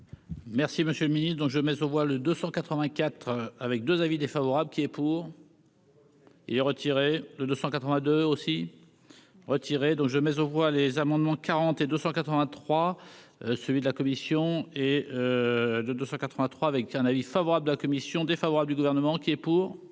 Merci, monsieur le Ministre, donc je mets aux voix le 284 avec 2 avis défavorable qui est pour. Il est retiré de 282 aussi retiré, donc je mets aux voix les amendements 40 et 283 celui de la commission et de de 183 avec un avis favorable de la commission défavorable du gouvernement qui est pour.